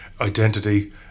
identity